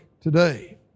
today